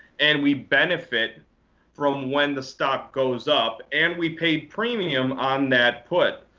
and we benefit from when the stock goes up, and we pay premium on that put.